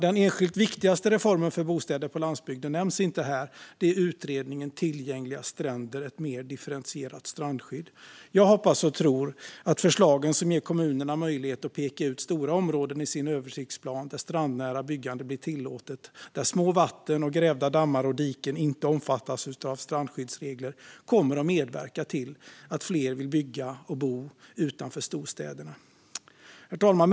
Den enskilt viktigaste reformen för bostäder på landsbygden nämns inte här. Det är utredningsbetänkandet Tillgängliga stränder - ett mer differentierat strandskydd . Jag hoppas och tror att förslagen som ger kommunerna möjlighet att peka ut stora områden i sin översiktsplan där strandnära byggande blir tillåtet, där små vatten, grävda dammar och diken inte omfattas av strandskyddsregler, kommer att medverka till att fler vill bygga och bo utanför storstäderna. Herr talman!